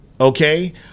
Okay